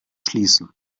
schließen